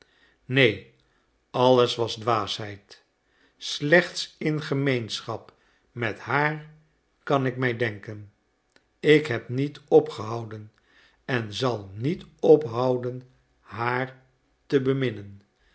neen alles was dwaasheid slechts in gemeenschap met haar kan ik mij denken ik heb niet opgehouden en zal niet ophouden haar te